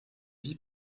vie